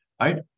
right